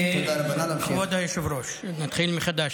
כבוד היושב-ראש, נתחיל מחדש.